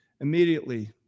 Immediately